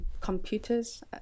computers